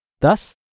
Thus